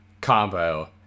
Combo